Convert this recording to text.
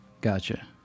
Gotcha